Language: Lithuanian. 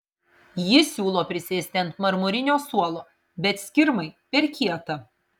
ji siūlo prisėsti ant marmurinio suolo bet skirmai per kieta